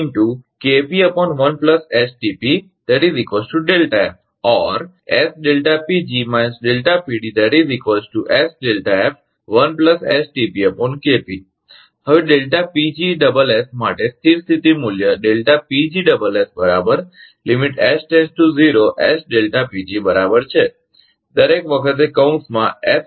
તેથી હવે માટે સ્થિર સ્થિતી મૂલ્ય બરાબર છે દરેક વખતે કૌંસમાં એસ